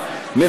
מכם.